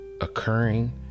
occurring